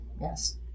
Yes